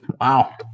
Wow